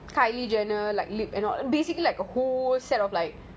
!wah!